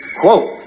quote